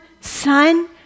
son